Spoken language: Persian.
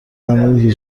عمیقی